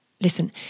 Listen